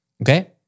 Okay